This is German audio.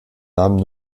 namen